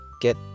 Get